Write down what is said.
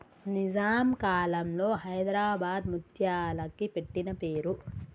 నిజాం కాలంలో హైదరాబాద్ ముత్యాలకి పెట్టిన పేరు